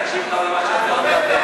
ובאופן חריג הוא ידבר.